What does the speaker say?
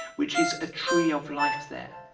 which is a tree of life there,